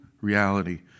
reality